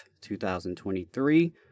2023